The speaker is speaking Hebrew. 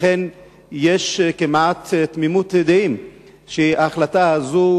לכן יש כמעט תמימות דעים שההחלטה הזו,